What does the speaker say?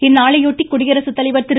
இந்நாளையொட்டி குடியரசுத்தலைவர் திரு